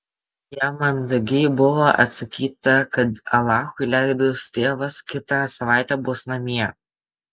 jam mandagiai buvo atsakyta kad alachui leidus tėvas kitą savaitę bus namie